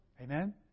Amen